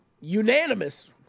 Unanimous